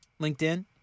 LinkedIn